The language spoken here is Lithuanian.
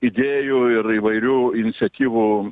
idėjų ir įvairių iniciatyvų